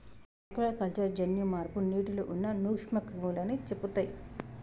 aquaculture జన్యు మార్పు నీటిలో ఉన్న నూక్ష్మ క్రిములని చెపుతయ్